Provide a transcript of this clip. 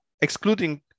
excluding